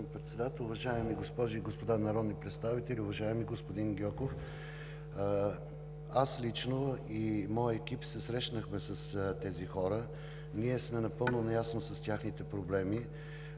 господин Председател, уважаеми госпожи и господа народни представители! Уважаеми господин Гьоков, лично аз и моят екип се срещнахме с тези хора. Ние сме напълно наясно с техните проблеми.